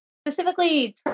specifically